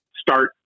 start